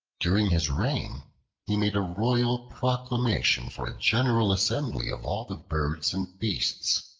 during his reign he made a royal proclamation for a general assembly of all the birds and beasts,